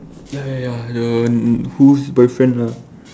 ya ya ya the whose boyfriend lah